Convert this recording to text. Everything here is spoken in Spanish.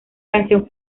canción